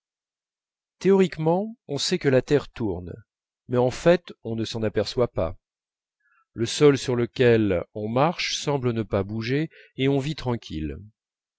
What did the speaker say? théoriquement on sait que la terre tourne mais en fait on ne s'en aperçoit pas le sol sur lequel on marche semble ne pas bouger et on vit tranquille